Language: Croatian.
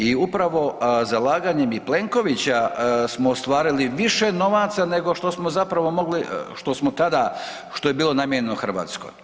I upravo zalaganjem i Plenkovića smo ostvarili više novaca nego što smo zapravo mogli što smo tada što je bilo namijenjeno Hrvatskoj.